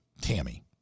Tammy